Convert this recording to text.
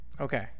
Okay